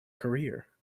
career